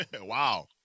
Wow